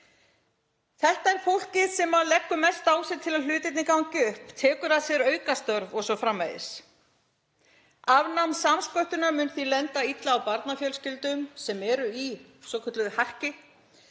Þetta er fólkið sem leggur mest á sig til að hlutirnir gangi upp, tekur að sér aukastörf o.s.frv. Afnám samsköttunar mun því lenda illa á barnafjölskyldum sem eru í svokölluðu harki